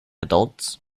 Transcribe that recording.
adults